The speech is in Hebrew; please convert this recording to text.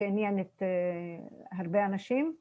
‫תעניין את... הרבה אנשים.